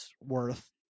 worth